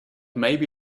maybe